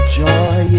joy